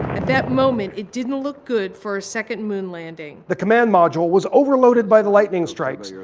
at that moment it didn't look good for a second moon landing. the command module was overloaded by the lightning strikes.